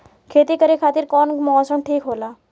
खेती करे खातिर कौन मौसम ठीक होला?